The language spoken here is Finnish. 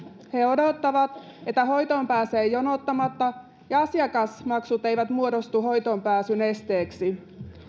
he odottavat että hoitoon pääsee jonottamatta ja asiakasmaksut eivät muodostu hoitoonpääsyn esteeksi